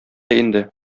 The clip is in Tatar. инде